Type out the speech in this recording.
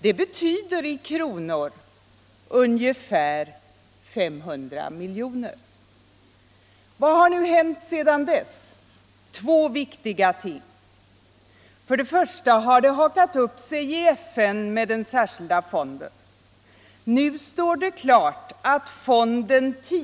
Det betyder i kronor ungefär 500 miljoner. Vad har 12 december 1974 nu hänt sedan dess? Två viktiga ting. För det första har det hakat upp sig i FN med den särskilda fonden. Nu står det klart att fonden tidigast